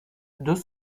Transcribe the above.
deux